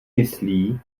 myslí